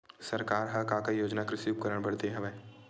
सरकार ह का का योजना कृषि उपकरण बर दे हवय?